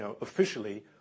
officially